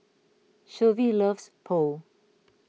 Shelvie loves Pho